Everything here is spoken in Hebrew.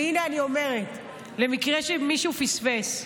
הינה אני אומרת, למקרה שמישהו פספס: